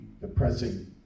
depressing